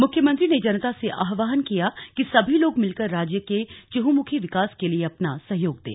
मुख्यमंत्री ने जनता से आहवान किया कि सभी लोग मिलकर राज्य के चहुंमुखी विकास के लिए अपना सहयोग दें